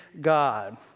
God